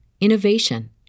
innovation